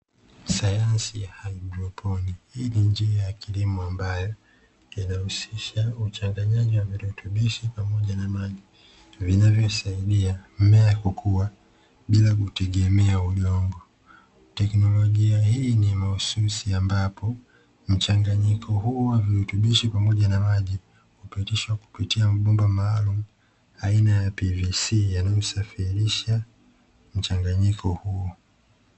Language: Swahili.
Sayansi ya hydroponi. Hii ni njia ya kilimo ambayo inahusisha uchanganyaji wa virutubishi pamoja na maji vinavyosaidia mmea kukua bila kutegemea udongo, teknolojia hii ni mahususi ambapo mchanganyiko huu wa virutubishi pamoja na maji hupitishwa kupitia mabomba maalum aina ya pvc yanayo safirisha mchanganyiko huu.